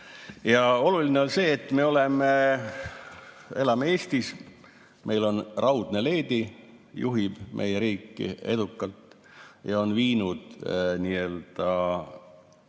Ja oluline on see, et me elame Eestis, meil on raudne leedi, juhib meie riiki edukalt ja on viinud elukalliduse